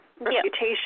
reputation